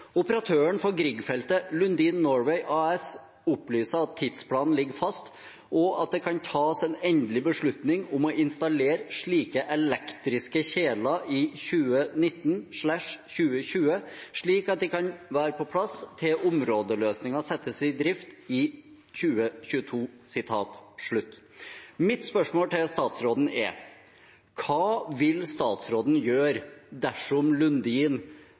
operatøren for Grieg-feltet, Lundin Norway AS, opplyser at tidsplanen ligger fast, og at det kan tas en endelig beslutning om å installere slike elektriske kjeler i 2019/2020, slik at de kan være på plass til områdeløsningen settes i drift i 2022. Mitt spørsmål til statsråden er: Hva vil statsråden gjøre dersom Lundin